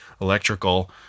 electrical